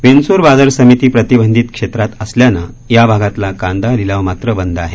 विंचूर बाजार समिती प्रतिबंधित क्षेत्रात असल्यानं या भागातला कांदा लिलाव मात्र बंद आहे